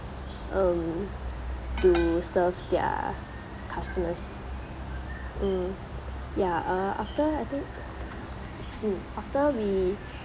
um to serve their customers mm ya uh after I think mm after we